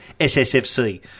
SSFC